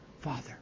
Father